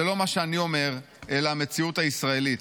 זה לא מה שאני אומר, אלא המציאות הישראלית.